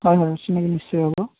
হয় হয় চিনাকি নিশ্চয় হ'ব